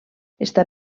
està